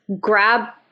grab